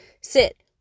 sit